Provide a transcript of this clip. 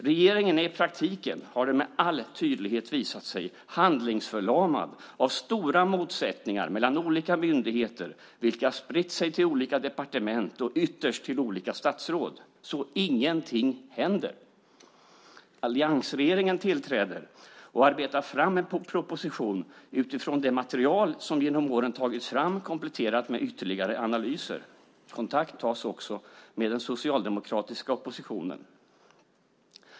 Regeringen är i praktiken - har det med all tydlighet visat sig - handlingsförlamad av stora motsättningar mellan olika myndigheter vilka har spritt sig till olika departement och ytterst till olika statsråd. Så ingenting händer. Alliansregeringen tillträder och arbetar fram en proposition utifrån det material som genom åren tagits fram kompletterat med ytterligare analyser. Kontakt tas också med den socialdemokratiska oppositionen.